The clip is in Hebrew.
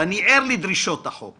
ואני ער לדרישות החוק